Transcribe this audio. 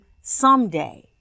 someday